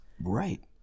right